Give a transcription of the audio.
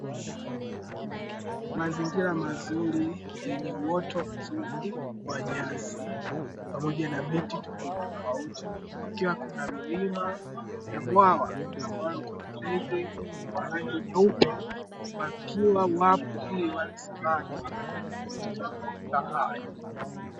Mazingira mazuri na yenye uoto mzuri wa nyasi pamoja na miti tofautitofauti, kukiwa kuna milima na bwawa ambalo kuna ndege wa rangi nyeupe wakiwa wapo ili wale samaki katika mazingira hayo.